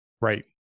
Right